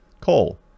Coal